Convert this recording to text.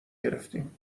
گرفتیم